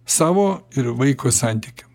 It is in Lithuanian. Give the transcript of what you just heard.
savo ir vaiko santykiam